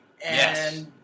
Yes